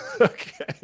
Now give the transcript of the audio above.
Okay